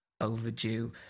overdue